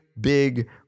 big